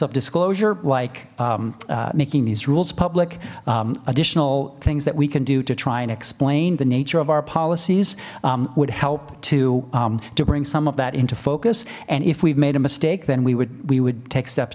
of disclosure like making these rules public additional things that we can do to try and explain the nature of our policies would help to to bring some of that into focus and if we've made a mistake then we would we would take steps